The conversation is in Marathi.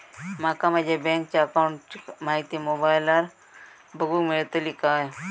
माका माझ्या बँकेच्या अकाऊंटची माहिती मोबाईलार बगुक मेळतली काय?